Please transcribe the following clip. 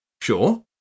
Sure